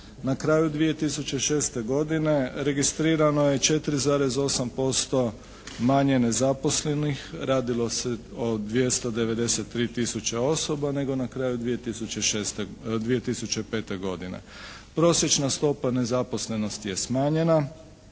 Na kraju 2006. godine registrirano je 4,8% manje nezaposlenih. Radilo se o 293 000 osoba nego na kraju 2005. godine. Prosječna stopa nezaposlenosti je smanjena